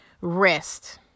Rest